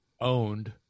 owned